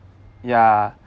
ya